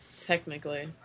Technically